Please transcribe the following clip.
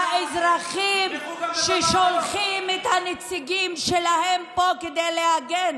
האזרחים שולחים את הנציגים שלהם פה כדי להגן